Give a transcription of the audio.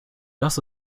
das